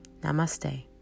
Namaste